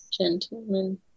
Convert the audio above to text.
Gentlemen